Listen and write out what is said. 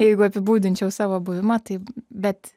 jeigu apibūdinčiau savo buvimą tai bet